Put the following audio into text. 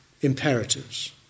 imperatives